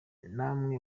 n’amwe